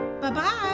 Bye-bye